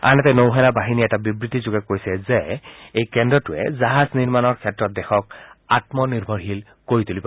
আনহাতে নৌসেনা বাহিনীয়ে এটা বিবৃতিযোগে কৈছে যে এই কেন্দ্ৰটোৱে জাহাজ নিৰ্মাণৰ ক্ষেত্ৰত আত্মনিৰ্ভৰশীল কৰি তুলিব